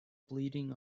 bleeding